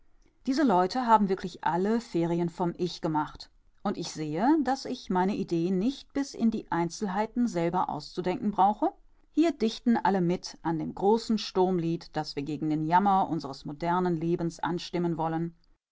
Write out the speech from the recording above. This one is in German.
diese leute haben wirklich alle ferien vom ich gemacht und ich sehe daß ich meine idee nicht bis in die einzelheiten selber auszudenken brauche hier dichten alle mit an dem großen sturmlied das wir gegen den jammer unseres modernen lebens anstimmen wollen